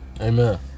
Amen